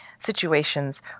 situations